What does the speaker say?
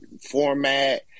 format